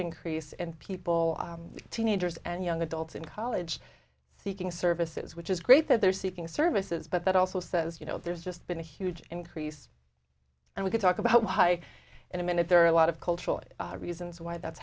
increase in people teenagers and young adults in college seeking services which is great that they're seeking services but that also says you know there's just been a huge increase and we could talk about why in a minute there are a lot of cultural reasons why that's